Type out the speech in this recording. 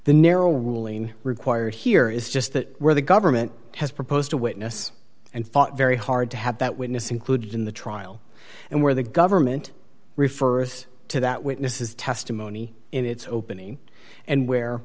the narrow ruling required here is just that where the government has proposed a witness and fought very hard to have that witness included in the trial and where the government refers to that witness's testimony in its opening and w